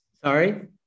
Sorry